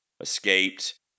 escaped